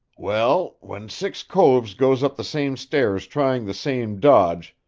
well, when six coves goes up the same stairs trying the same dodge,